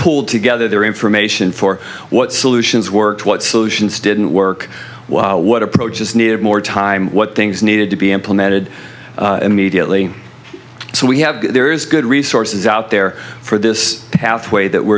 pulled together their information for what solutions worked what solutions didn't work why what approaches needed more time what things needed to be implemented immediately so we have there's good resources out there for this pathway that we